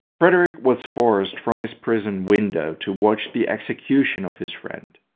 frederick was forced, from his prison window, to watch the execution of his friend.